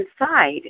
inside